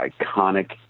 iconic